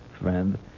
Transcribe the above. friend